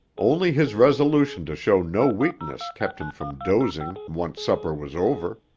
only his resolution to show no weakness kept him from dozing once supper was over.